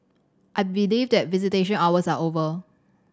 I believe that visitation hours are over